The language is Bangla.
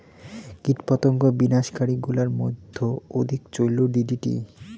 কীটপতঙ্গ বিনাশ কারী গুলার মইধ্যে অধিক চৈল ডি.ডি.টি